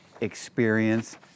experience